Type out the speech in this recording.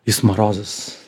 jis marozas